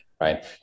right